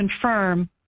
confirm